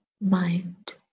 mind